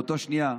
באותה שנייה,